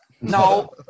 no